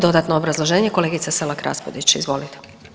Dodatno obrazloženje, kolegica Selak Raspudić, izvolite.